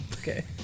Okay